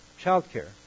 childcare